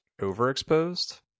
overexposed